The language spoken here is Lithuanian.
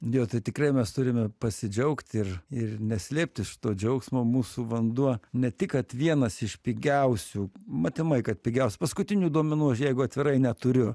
dėl to tikrai mes turime pasidžiaugt ir ir neslėpti šito džiaugsmo mūsų vanduo ne tik kad vienas iš pigiausių matomai kad pigiausių paskutinių duomenų aš jeigu atvirai neturiu